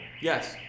Yes